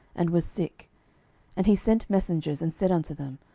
and was sick and he sent messengers, and said unto them,